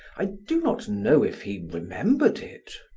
i do not know if he remembered it.